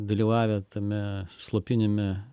dalyvavę tame slopinime